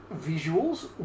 visuals